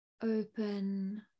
Open